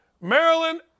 Maryland